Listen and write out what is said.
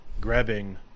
grabbing